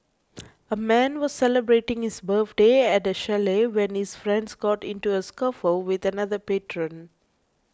a man was celebrating his birthday at a chalet when his friends got into a scuffle with another patron